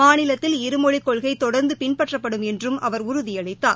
மாநிலத்தில் இருமொழிக் கொள்கை தொடர்ந்து பின்பற்றப்படும் என்றும் அவர் உறுதியளித்தார்